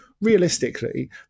Realistically